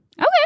Okay